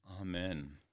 Amen